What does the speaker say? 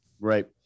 Right